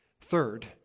third